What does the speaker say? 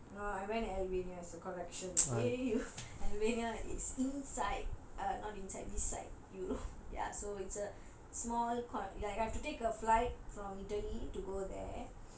no I went albania it's a collection K you albania is inside uh not inside beside europe ya so you have to take a flight from delhi to go there